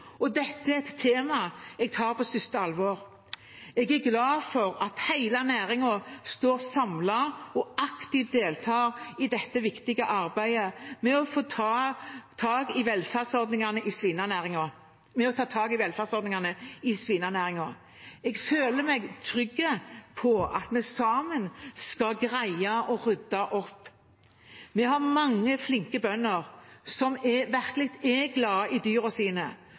og dette er et tema jeg tar på største alvor. Jeg er glad for at hele næringen står samlet og deltar aktivt i dette viktige arbeidet med å ta tak i velferdsordningene i svinenæringen. Jeg føler meg trygg på at vi sammen skal greie å rydde opp. Vi har mange flinke bønder som virkelig er glad i dyrene sine